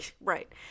right